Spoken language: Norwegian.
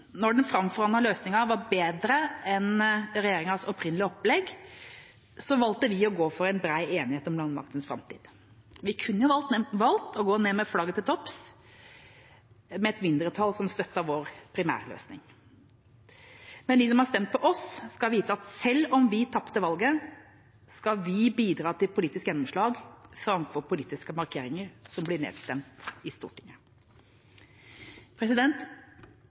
Når den framforhandlede løsningen var bedre enn regjeringas opprinnelige opplegg, valgte vi å gå inn for en bred enighet om landmaktens framtid. Vi kunne ha valgt å gå ned med flagget til topps, med et mindretall som støttet vår primærløsning. Men de som har stemt på oss, skal vite at selv om vi tapte valget, skal vi bidra til politisk gjennomslag framfor politiske markeringer som blir nedstemt i